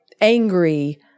angry